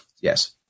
yes